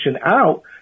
out